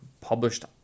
published